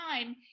time